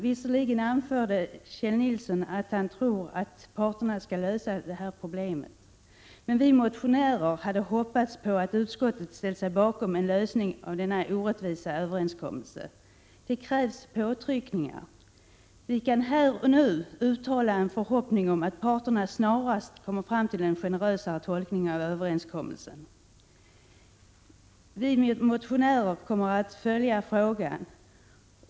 Visserligen anförde Kjell Nilsson att han tror att parterna skall lösa detta problem, men vi motionärer hade hoppats att utskottet skulle ställa sig bakom en lösning när det gäller denna orättvisa överenskommelse. Det krävs påtryckningar. Vi kan här och nu uttala en förhoppning om att parterna snarast kommer fram till en generösare tolkning av överenskommelsen. Vi motionärer kommer att följa frågan.